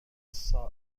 ساعت